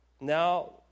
Now